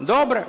Добре.